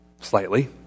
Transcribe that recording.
slightly